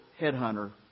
headhunter